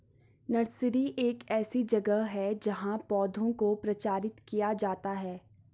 nursery एक ऐसी जगह है जहां पौधों को प्रचारित किया जाता है